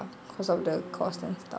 because of the cost and stuff